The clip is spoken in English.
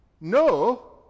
no